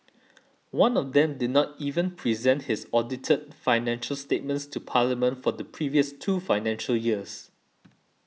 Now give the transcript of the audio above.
one of them did not even present its audited financial statements to Parliament for the previous two financial years